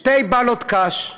שתי באלות קש,